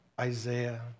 Isaiah